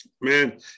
Man